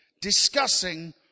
discussing